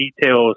details